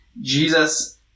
Jesus